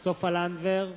סופה לנדבר,